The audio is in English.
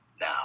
Now